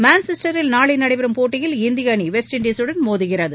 மான்செஸ்டரில் நாளை நடைபெறும் போட்டியில் இந்திய அணி வெஸ்ட் இண்டசுடன் மோதுகிறது